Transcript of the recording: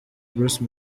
bruce